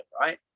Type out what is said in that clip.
right